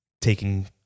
taking